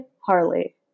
Harley